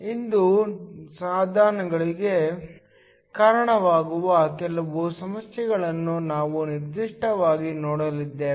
ಇಂದು ಸಾಧನಗಳಿಗೆ ಕಾರಣವಾಗುವ ಕೆಲವು ಸಮಸ್ಯೆಗಳನ್ನು ನಾವು ನಿರ್ದಿಷ್ಟವಾಗಿ ನೋಡಲಿದ್ದೇವೆ